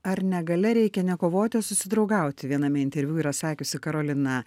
ar negalia reikia ne kovoti o susidraugauti viename interviu yra sakiusi karolina